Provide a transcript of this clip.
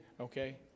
Okay